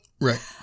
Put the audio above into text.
Right